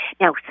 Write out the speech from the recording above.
Now